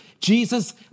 Jesus